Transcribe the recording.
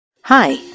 Hi